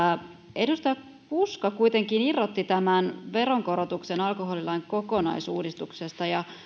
edustaja puska kuitenkin irrotti tämän veronkorotuksen alkoholilain kokonaisuudistuksesta ja